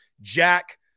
Jack